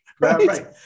Right